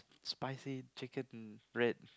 spicy chicken bread